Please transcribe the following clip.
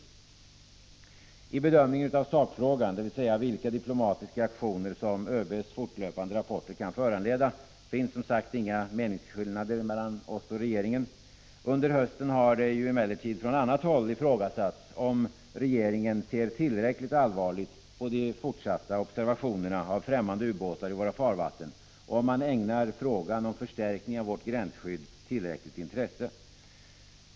När det gäller bedömningen av sakfrågan, dvs. vilka diplomatiska reaktioner som ÖB:s fortlöpande rapporter kan föranleda, råder som sagt inga delade meningar mellan oss och regeringen. Under hösten har det emellertid från annat håll ifrågasatts om regeringen ser tillräckligt allvarligt på de fortsatta observationerna av främmande ubåtar i våra farvatten och om man ägnar frågan om förstärkning av vårt gränsskydd tillräckligt intresse.